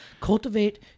cultivate